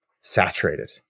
saturated